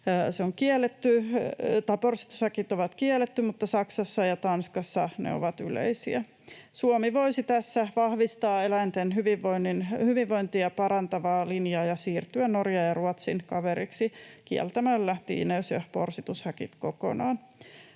porsitushäkit on kielletty, mutta Saksassa ja Tanskassa ne ovat yleisiä. Suomi voisi tässä vahvistaa eläinten hyvinvointia parantavaa linjaa ja siirtyä Norjan ja Ruotsin kaveriksi kieltämällä tiineys- ja porsitushäkit kokonaan.